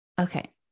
Okay